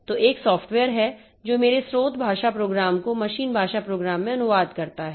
तो एक सॉफ्टवेयर है जो मेरे स्रोत भाषा प्रोग्राम को मशीन भाषा प्रोग्राम में अनुवाद करता है